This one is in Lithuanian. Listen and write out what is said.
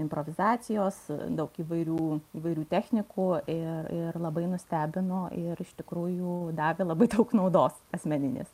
improvizacijos daug įvairių įvairių technikų ir ir labai nustebino ir iš tikrųjų davė labai daug naudos asmeninės